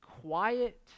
quiet